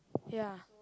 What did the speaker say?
ya